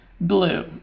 blue